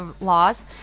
laws